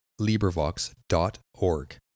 LibriVox.org